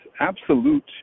absolute